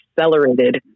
accelerated